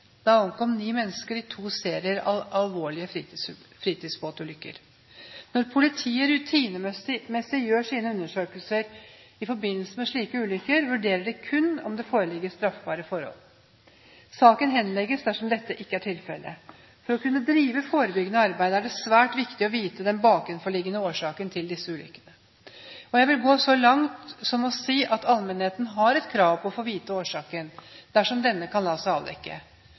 omkom ni mennesker i to serier av alvorlige fritidsbåtulykker. Når politiet rutinemessig gjør sine undersøkelser i forbindelse med slike ulykker, vurderer de kun om det foreligger straffbare forhold. Saken henlegges dersom dette ikke er tilfellet. For å kunne drive forebyggende arbeid er det svært viktig å vite den bakenforliggende årsaken til disse ulykkene. Jeg vil gå så langt som å si at allmennheten har et krav på å få vite årsaken, dersom denne kan la seg avdekke.